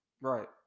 Right